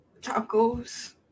Tacos